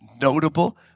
notable